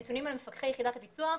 נתונים על מפקחי יחידת הפיצו"ח: